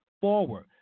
forward